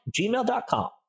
gmail.com